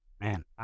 Man